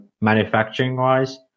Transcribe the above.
manufacturing-wise